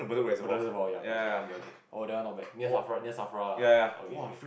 Bedok ya correct correct okay okay oh that one not bad near S_A_F_R_A near S_A_F_R_A lah okay okay